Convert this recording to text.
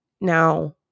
Now